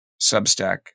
Substack